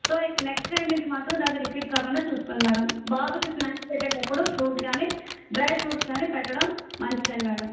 so ఇక next time మాత్రం అది రిపీట్ కాకుండా చూస్కోండి మేడం బాబుకి స్నాక్స్ పెట్టేటప్పుడు ఫ్రూట్ కానీ డ్రై ఫ్రూప్ట్స్ కానీ పెట్టడం మంచిదండి మేడం